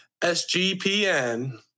SGPN